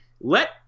let